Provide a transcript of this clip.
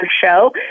show